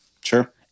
Sure